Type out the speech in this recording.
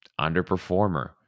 underperformer